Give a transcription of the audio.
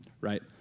right